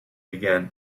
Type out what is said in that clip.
began